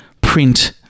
print